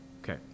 Okay